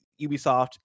Ubisoft